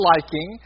liking